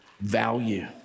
value